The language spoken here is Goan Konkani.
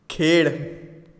खेळ